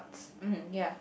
mm ya